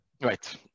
Right